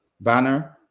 banner